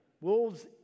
Wolves